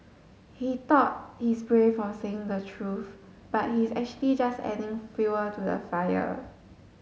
he thought he's brave for saying the truth but he's actually just adding fuel to the fire